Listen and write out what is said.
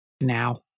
now